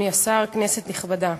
אדוני השר, כנסת נכבדה,